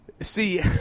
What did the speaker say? See